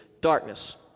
darkness